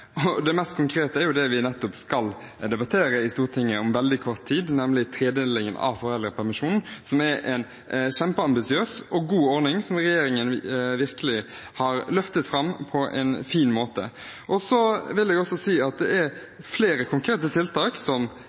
Det mest konkrete er nettopp det vi skal debattere i Stortinget om veldig kort tid, nemlig tredelingen av foreldrepermisjonen, som er en kjempeambisiøs og god ordning som regjeringen virkelig har løftet fram på en fin måte. Så vil jeg også si at det er flere konkrete tiltak som